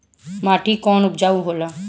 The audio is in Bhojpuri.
माटी कौन उपजाऊ होला?